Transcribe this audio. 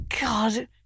God